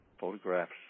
photographs